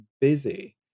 busy